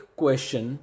question